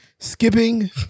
Skipping